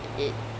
mm